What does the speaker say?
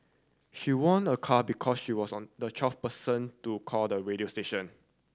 she won a car because she was on the twelfth person to call the radio station